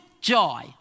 joy